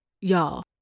Y'all